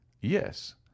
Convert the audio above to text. Yes